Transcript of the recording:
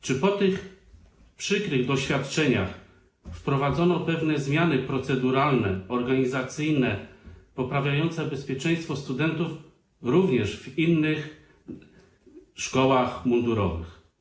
Czy po tych przykrych doświadczeniach wprowadzono pewne zmiany proceduralne, organizacyjne poprawiające bezpieczeństwo studentów również w innych szkołach mundurowych?